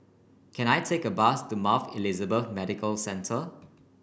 can I take a bus to Mount Elizabeth Medical Centre